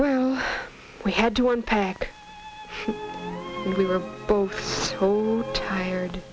well we had to unpack both tired